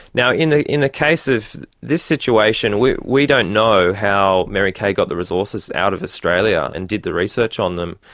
now in the in the case of this situation, we we don't know how mary kay got the resources out of australia and did the research on them.